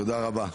תודה רבה.